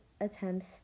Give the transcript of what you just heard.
attempts